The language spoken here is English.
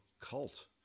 cult